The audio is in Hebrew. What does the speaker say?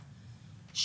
לשיקול,